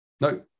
No